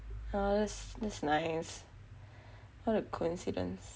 oh that's that's nice what a coincidence